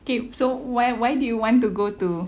okay so whe~ why do you want to go to